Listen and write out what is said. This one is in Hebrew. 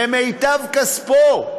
ממיטב כספו.